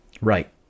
Right